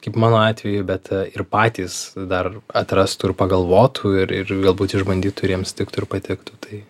kaip mano atveju bet ir patys dar atrastų ir pagalvotų ir ir galbūt išbandytų ir jiems tiktų ir patiktų tai